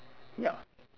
ya